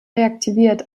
reaktiviert